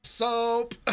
Soap